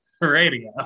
Radio